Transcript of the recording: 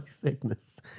sickness